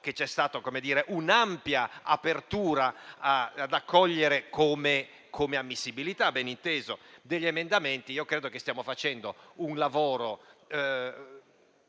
che c'è stata un'ampia apertura ad accogliere come ammissibilità - beninteso - degli emendamenti. Io credo che stiamo facendo un lavoro